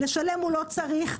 לשלם הוא לא צריך.